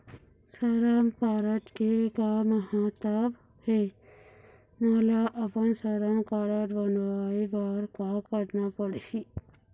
श्रम कारड के का महत्व हे, मोला अपन श्रम कारड बनवाए बार का करना पढ़ही?